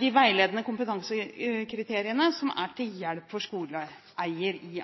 de veiledende kompetansekriteriene som er til hjelp for skoleeier i